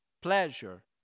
pleasure